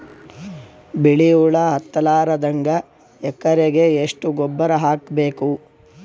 ಬಿಳಿ ಹುಳ ಹತ್ತಲಾರದಂಗ ಎಕರೆಗೆ ಎಷ್ಟು ಗೊಬ್ಬರ ಹಾಕ್ ಬೇಕು?